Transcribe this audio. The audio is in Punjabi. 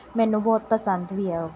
ਮੈਨੂੰ ਬਹੁਤ ਪਸੰਦ ਵੀ ਹੈ ਉਹ